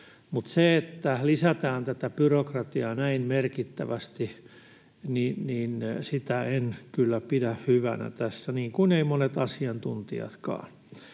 Mutta sitä, että lisätään tätä byrokratiaa näin merkittävästi, en kyllä pidä hyvänä tässä, niin kuin eivät monet asiantuntijatkaan.